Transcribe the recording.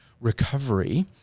recovery